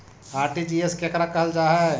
RTGS केकरा कहल जा है?